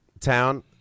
town